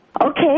Okay